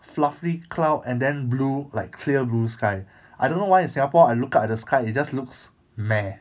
fluffy cloud and then blue like clear blue sky I don't know why in singapore I look up at the sky it just looks meh